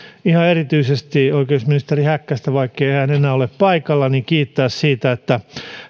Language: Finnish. ihan erityisesti oikeusministeri häkkästä vaikkei hän enää ole paikalla kiittää siitä että